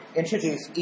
introduce